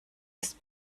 ist